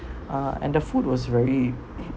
ah and the food was very